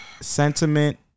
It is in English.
sentiment